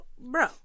bro